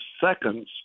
seconds